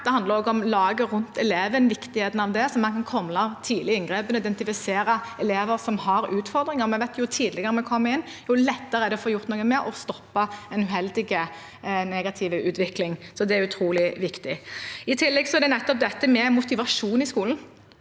Det handler også om laget rundt eleven, hvor viktig det er, slik at man kan komme i tidlig inngripen og identifisere elever som har utfordringer. Vi vet at jo tidligere vi kommer inn, jo lettere er det å få gjort noe og stoppe en uheldig, negativ utvikling. Det er utrolig viktig. I tillegg er det dette med motivasjon i skolen.